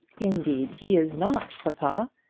indeed he is not, papa.